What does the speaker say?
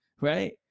right